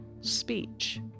Speech